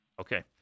Okay